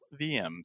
VMs